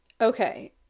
okay